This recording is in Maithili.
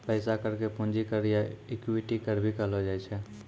पैसा कर के पूंजी कर या इक्विटी कर भी कहलो जाय छै